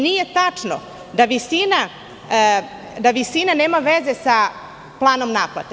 Nije tačno da visina nema veze sa planom naplate.